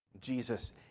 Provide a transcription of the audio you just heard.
Jesus